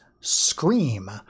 Scream